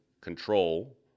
control